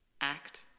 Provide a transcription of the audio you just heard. act